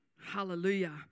Hallelujah